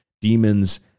demons